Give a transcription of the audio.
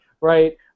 right